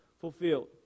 fulfilled